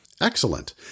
Excellent